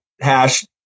hash